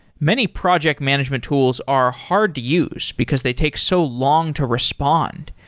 many project management tools are hard to use, because they take so long to respond.